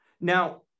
Now